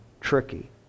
tricky